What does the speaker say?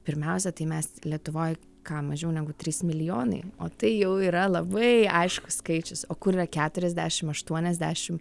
pirmiausia tai mes lietuvoj ką mažiau negu trys milijonai o tai jau yra labai aiškus skaičius o kur yra keturiasdešim aštuoniasdešim